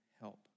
help